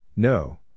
No